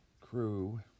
crew